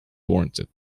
warranted